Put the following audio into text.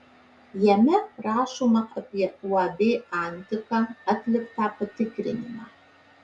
jame rašoma apie uab antika atliktą patikrinimą